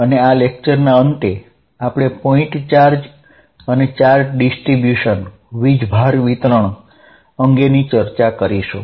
અને આ વ્યાખ્યાનના અંતે આપણે પોઇંટ ચાર્જ અને વીજભાર વિતરણ અંગેની ચર્ચા કરીશુ